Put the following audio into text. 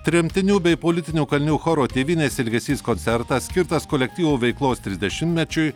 tremtinių bei politinių kalinių choro tėvynės ilgesys koncertas skirtas kolektyvo veiklos trisdešimtmečiui